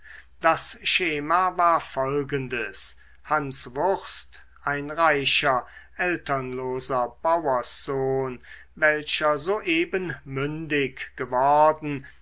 das schema war folgendes hanswurst ein reicher elternloser bauerssohn welcher soeben mündig geworden